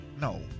No